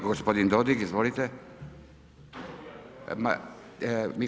Gospodin Dodig, izvolite.